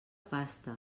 pasta